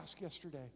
yesterday